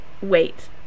wait